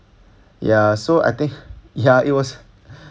ya so I think ya it was